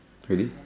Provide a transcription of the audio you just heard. pretty